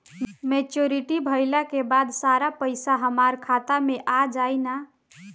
Maturity भईला के बाद सारा पईसा हमार खाता मे आ जाई न?